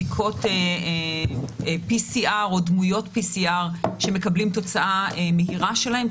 בדיקות PCR או דמויות PCR שמקבלים תוצאה מהירה שלהן.